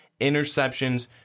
interceptions